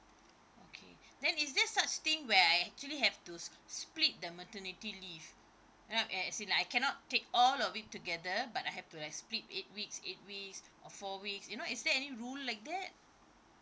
okay then is there such thing where I actually have to s~ split the maternity leave you know as as in like I cannot take all of it together but I have to like split eight weeks eight weeks or four weeks you know is there any rule like that